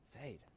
fade